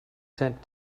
sent